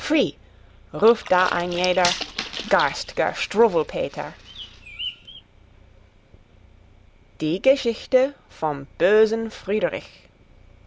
ruft da ein jeder garstger struwwelpeter die geschichte vom bösen friederich